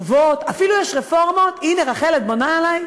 טובות, אפילו יש רפורמות, הנה, רחל, את בונה עלי,